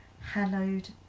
hallowed